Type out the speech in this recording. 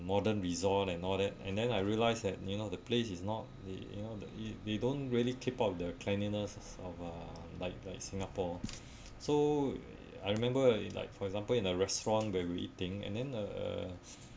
modern resort and all that and then I realised that you know the place is not the you know the it they don't really keep up the cleanliness of uh like like a singapore so I remember in like for example in a restaurant where we eating and then uh